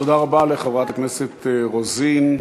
תודה רבה לחברת הכנסת רוזין.